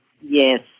Yes